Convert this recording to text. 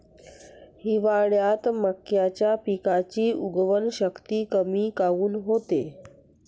हिवाळ्यात मक्याच्या पिकाची उगवन शक्ती कमी काऊन होते?